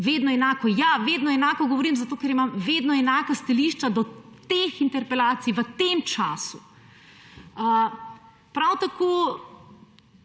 vedno enako. Ja, vedno enako govorim, zato ker imam vedno enaka stališča do teh interpelacij v tem času. Prav tako